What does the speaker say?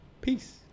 Peace